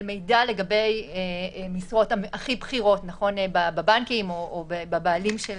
מידע לגבי המשרות הכי בכירות בבנקים או בבעלים של